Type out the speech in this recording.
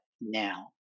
now